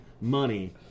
money